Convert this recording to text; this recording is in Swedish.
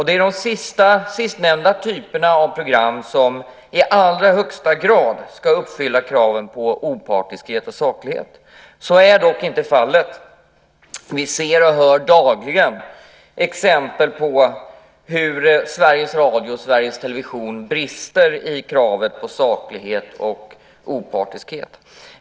Det är de sistnämnda typerna av program som i allra högsta grad ska uppfylla kraven på opartiskhet och saklighet. Så är dock inte fallet. Vi ser och hör dagligen exempel på hur Sveriges Radio och Sveriges Television brister i kravet på saklighet och opartiskhet.